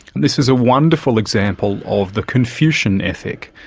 this is a wonderful example of the confucian ethic,